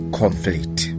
conflict